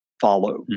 follow